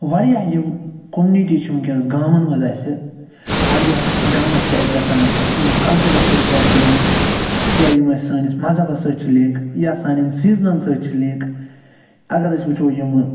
واریاہ یِم کوٚمنِٹی چھِ وُنٛکیٚس گامَن مَنٛز اسہِ واریاہ ڈانَس چھُ اَتہِ گَژھان یِم کَلچرَس سۭتۍ چھِ اسہِ لِنٛک یا یم اسہِ سٲنِس مَذہَبَس سۭتۍ چھِ لِنٛک یا سانیٚن سیٖزنَن سۭتۍ چھِ لِنٛک اگر أسۍ وُچھو یم